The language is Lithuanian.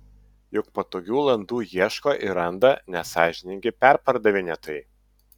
juk patogių landų ieško ir randa nesąžiningi perpardavinėtojai